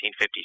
1950s